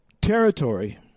territory